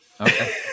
Okay